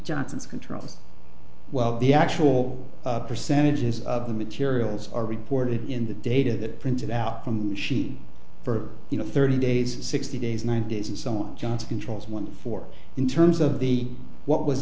johnson's controls well the actual percentages of the materials are reported in the data that printed out from she for you know thirty days sixty days nine days and so on john's controls one for in terms of the what was